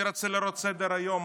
אני רוצה לראות את סדר-היום,